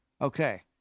okay